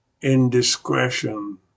indiscretion